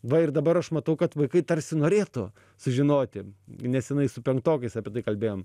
va ir dabar aš matau kad vaikai tarsi norėtų sužinoti nesenai su penktokais apie tai kalbėjom